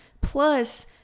Plus